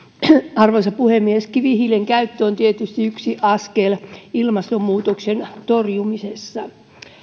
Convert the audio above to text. arvoisa puhemies kivihiilen käytöstä luopuminen on tietysti yksi askel ilmastonmuutoksen torjumisessa